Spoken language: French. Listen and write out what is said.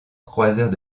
croiseurs